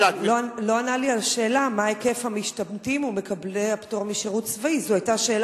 הוא לא ענה לי על השאלה מה היקף המשתמטים ומקבלי הפטור משירות צבאי.